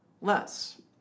less